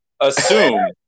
assume